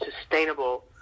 sustainable